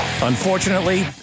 unfortunately